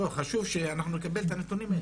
חשוב שאנחנו נקבל את הנתונים האלה.